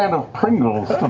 um of pringles